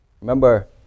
remember